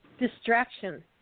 distraction